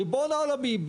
ריבון העולמים,